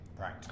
Right